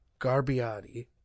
Garbiati